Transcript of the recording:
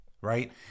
right